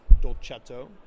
Dolcetto